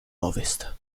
ovest